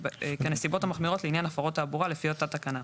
כנסיבות מחמירות לעניין הפרות תעבורה לפי אותה תקנה.